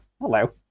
Hello